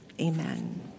amen